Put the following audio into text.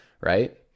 right